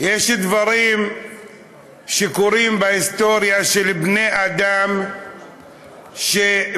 יש דברים שקורים בהיסטוריה של בני אדם שבני